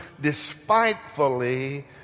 despitefully